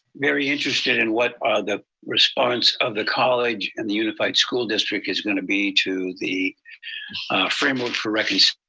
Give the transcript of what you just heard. very interested in what ah the response of the college and the unified school district is going to be to the framework for